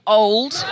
old